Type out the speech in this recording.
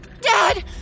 Dad